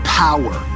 power